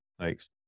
Thanks